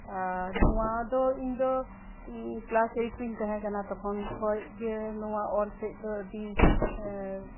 ᱟᱨ ᱱᱚᱶᱟ ᱫᱚ ᱤᱧ ᱫᱚ ᱠᱞᱟᱥ ᱮᱭᱤᱴ ᱨᱮᱧ ᱛᱟᱦᱮᱸ ᱠᱟᱱᱟ ᱛᱚᱠᱷᱚᱱ ᱠᱷᱚᱱ ᱜᱮ ᱱᱚᱶᱟ ᱚᱞ ᱥᱮᱫ ᱫᱚ ᱟᱰᱤ